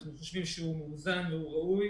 אנחנו חושבים שהוא מאוזן וראוי.